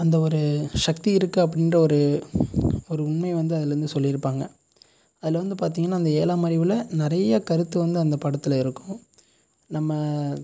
அந்த ஒரு சக்தி இருக்குது அப்படின்ற ஒரு ஒரு உண்மையை வந்து அதிலருந்து சொல்லியிருப்பாங்க அதில் வந்து பார்த்தீங்கனா அந்த ஏழாம் அறிவில் நிறையா கருத்து வந்து அந்த படத்தில் இருக்கும் நம்ம